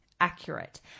accurate